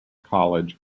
college